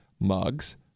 mugs